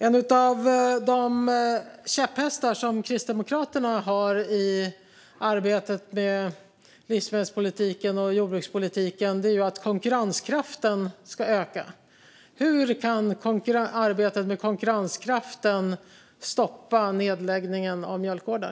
En av Kristdemokraternas käpphästar i arbetet med livsmedels och jordbrukspolitiken är att konkurrenskraften ska öka. Hur kan arbetet med konkurrenskraften stoppa nedläggningen av mjölkgårdar?